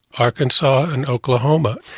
arkansas and oklahoma.